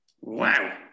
Wow